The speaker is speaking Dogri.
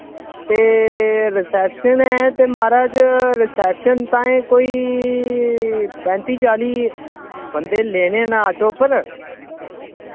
ते रसैप्शन ऐ ते माराज रसैप्शन ताईं कोई पैंती चाली बंदे लेने न आटो उप्पर